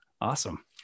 Awesome